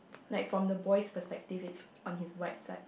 like from the boys perspective it's on his right side